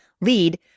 Lead